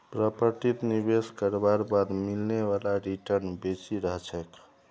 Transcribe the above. प्रॉपर्टीत निवेश करवार बाद मिलने वाला रीटर्न बेसी रह छेक